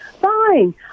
fine